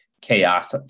chaos